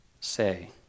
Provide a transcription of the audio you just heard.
say